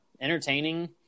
entertaining